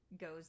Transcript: goes